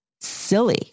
Silly